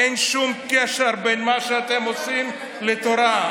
אין שום קשר בין מה שאתם עושים לתורה.